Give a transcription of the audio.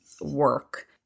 work